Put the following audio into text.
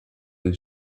dei